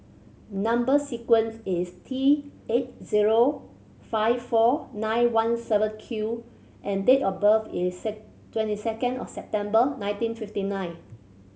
number sequence is T eight zero five four nine one seven Q and date of birth is twenty second of September nineteen fifty nine